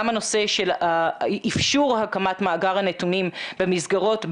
גם הנושא של איפשור הקמת מאגר הנתונים במסגרות,